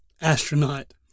Astronaut